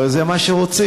הרי זה מה שרוצים,